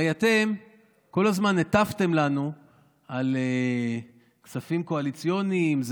הרי אתם כל הזמן הטפתם לנו על כספים קואליציוניים,